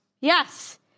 Yes